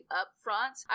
upfront